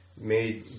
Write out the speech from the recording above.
Made